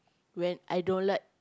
when I don't like